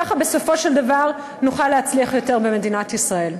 ככה בסופו של דבר נוכל להצליח יותר במדינת ישראל.